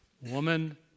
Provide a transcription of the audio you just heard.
Woman